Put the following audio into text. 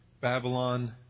babylon